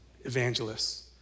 Evangelists